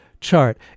chart